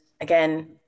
again